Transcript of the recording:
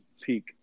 peak